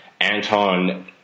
Anton